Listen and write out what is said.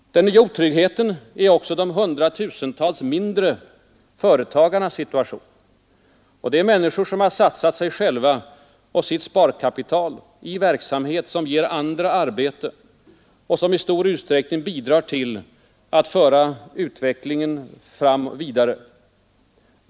Den nya otryggheten är också de hundratusentals mindre företagarnas situation. Det är människor som har satsat sig själva och sitt sparkapital i verksamhet som ger andra arbete och som i stor utsträckning bidrar till att föra utvecklingen vidare.